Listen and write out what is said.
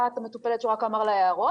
היה את המטופלת שהוא רק אמר לה הערות,